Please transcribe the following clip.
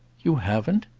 you haven't?